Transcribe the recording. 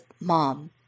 Mom